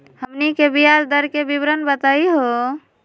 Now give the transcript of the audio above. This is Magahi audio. हमनी के ब्याज दर के विवरण बताही हो?